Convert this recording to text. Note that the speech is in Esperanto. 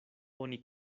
oni